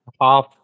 Half